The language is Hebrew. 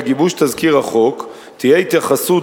בגיבוש תזכיר החוק תהיה התייחסות,